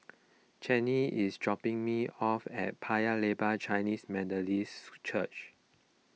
Chanie is dropping me off at Paya Lebar Chinese Methodist Church